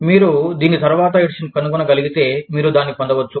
మీరు దీని తరువాతి ఎడిషన్ కనుగొనగలిగితే మీరు దాన్ని పొందవచ్చు